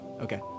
Okay